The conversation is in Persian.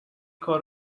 کار